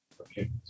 Okay